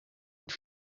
het